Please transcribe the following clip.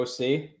OC